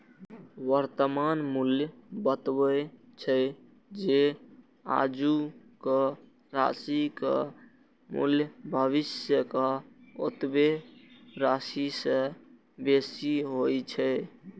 वर्तमान मूल्य बतबै छै, जे आजुक राशिक मूल्य भविष्यक ओतबे राशि सं बेसी होइ छै